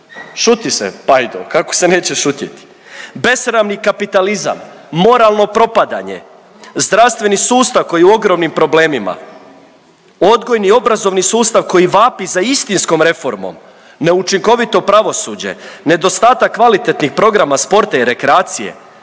Šuti se pajdo, kako se neće šutjeti. Besramni kapitalizam, moralno propadanje, zdravstveni sustav koji je u ogromnim problemima, odgojni i obrazovni sustav koji vapi za istinskom reformom, neučinkovito pravosuđe, nedostatak kvalitetnih programa sporta i rekreacije